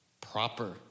proper